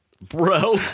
Bro